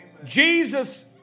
Jesus